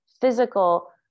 physical